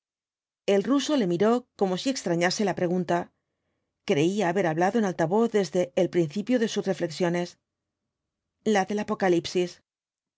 el raso le miró como si extrañase la pregunta creía haber hablado en alta voz desde el principio de sus reflexiones la del apocalipsis se